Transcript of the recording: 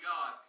God